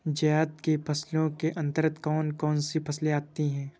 जायद की फसलों के अंतर्गत कौन कौन सी फसलें आती हैं?